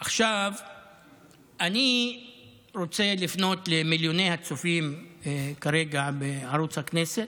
עכשיו אני רוצה לפנות למיליוני הצופים כרגע בערוץ הכנסת.